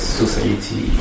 society